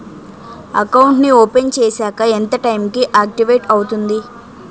Account నీ open చేశాక ఎంత టైం కి ఆక్టివేట్ అవుతుంది?